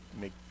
make